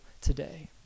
today